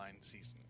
season